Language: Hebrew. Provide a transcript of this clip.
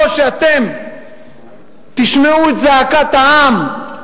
או שאתם תשמעו את זעקת העם.